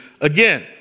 again